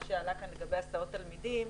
מה שעלה כאן לגבי הסעות תלמידים,